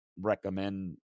recommend